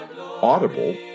Audible